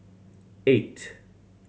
eight